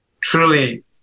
truly